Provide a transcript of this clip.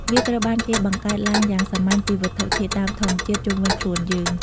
វាត្រូវបានគេបង្កើតឡើងយ៉ាងសាមញ្ញពីវត្ថុធាតុដើមធម្មជាតិជុំវិញខ្លួនយើង។